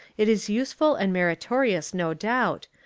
it is useful and meritorious no doubt,